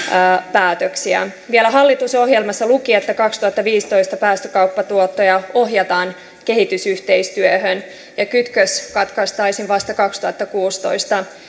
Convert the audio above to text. päätöksiä vielä hallitusohjelmassa luki että kaksituhattaviisitoista päästökauppatuottoja ohjataan kehitysyhteistyöhön ja kytkös katkaistaisiin vasta kaksituhattakuusitoista